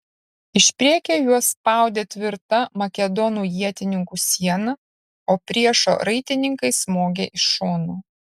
iš priekio juos spaudė tvirta makedonų ietininkų siena o priešo raitininkai smogė iš šono